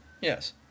Yes